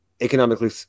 economically